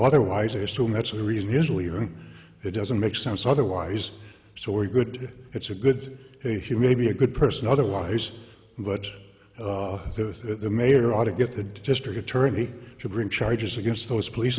otherwise i assume that's the reason his leaving it doesn't make sense otherwise so we're good it's a good day he may be a good person otherwise but the mayor ought to get the district attorney to bring charges against those police